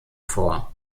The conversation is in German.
vor